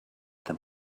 them